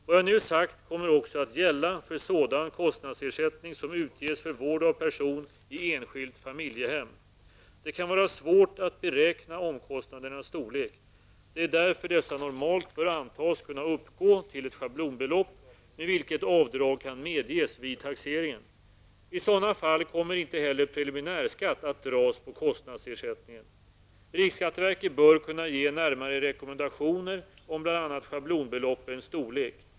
Vad jag nu sagt kommer också att gälla för sådan kostnadsersättning som utges för vård av person i enskilt familjehem. Det kan vara svårt att beräkna omkostnadernas storlek. Det är därför dessa normalt bör antas kunna uppgå till ett schablonbelopp med vilket avdrag kan medges vid taxeringen. I sådana fall kommer inte heller preliminärskatt att dras på kostnadsersättningen. Riksskatteverket bör kunna ge närmare rekommendationer om bl.a. schablonbeloppens storlek.